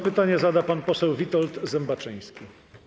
Pytanie zada pan poseł Witold Zembaczyński.